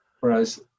Whereas